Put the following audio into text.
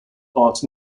arts